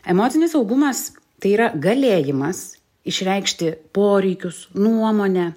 emocinis saugumas tai yra galėjimas išreikšti poreikius nuomonę